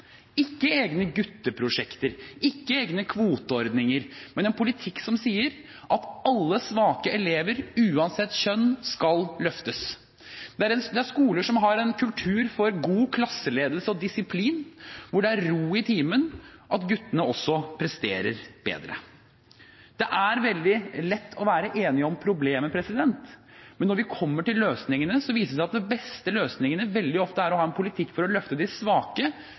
ikke egne gutteprosjekter, ikke egne kvoteordninger, men en politikk som sier at alle svake elever uansett kjønn skal løftes. Det er skoler som har en kultur for god klasseledelse og disiplin, hvor det er ro i timen, og hvor guttene også presterer bedre. Det er veldig lett å være enige om problemet, men når vi kommer til løsningene, viser det seg at den beste løsningen veldig ofte er å ha en politikk for å løfte de svake,